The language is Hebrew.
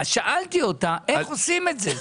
אז שאלתי אותה איך עושים את זה?